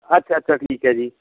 ਅੱਛਾ ਅੱਛਾ ਠੀਕ ਹੈ ਜੀ